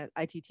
ITT